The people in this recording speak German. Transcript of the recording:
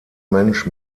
mensch